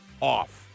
off